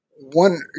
one